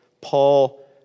Paul